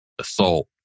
assault